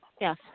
Yes